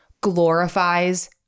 glorifies